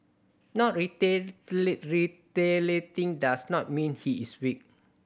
not retaliating does not mean he is weak